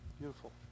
Beautiful